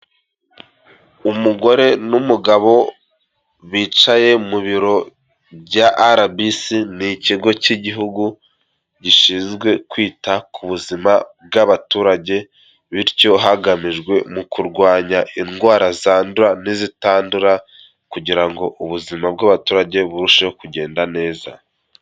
Umugore n'umugabo bicaye mu biro bya RBC, ni ikigo cy'igihugu gishinzwe kwita ku buzima bw'abaturage, bityo hagamijwe mu kurwanya indwara zandura n'izitandura kugira ngo ubuzima bw'abaturage burusheho kugenda neza.